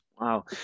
Wow